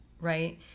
right